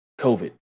COVID